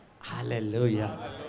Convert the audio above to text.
Hallelujah